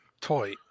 toy